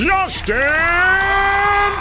Justin